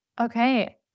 Okay